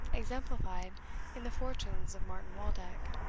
exemplified in the fortunes of martin waldeck.